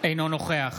אינו נוכח